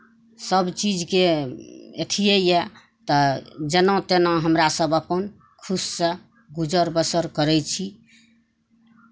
सभ चीजके अथिए यए तऽ जेना तेना हमरा सभ अपन खुशसँ गुजर बसर करै छी